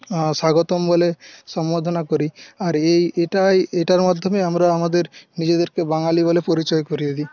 স্বাগতম বলে সম্বোধন করি আর এই এটাই এটার মাধ্যমেই আমরা আমাদের নিজেদেরকে বাঙালি বলে পরিচয় করিয়ে দিই